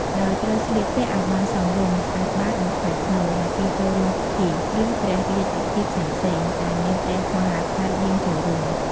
ដោយត្រូវស្លៀកពាក់ឲ្យបានសមរម្យ ស្អាតបាត និងថ្លៃថ្នូរ នៅពេលចូលរួមពិធី ឬព្រះរាជពិធីផ្សេងៗដែលមានព្រះមហាក្សត្រយាងចូលរួម។